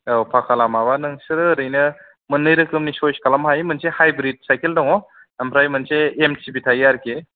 औ फाखा लामाबा नोंसोरो ओरैनो मोननै रोखोमनि सयस खालामनो हायो मोनसे हायब्रिद सायखेल दङ ओमफ्राय मोनसे एम सि बि थायो आरखि